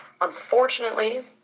unfortunately